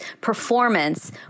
performance